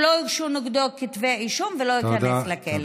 שלא יוגשו נגדו כתבי אישום ולא ייכנס לכלא.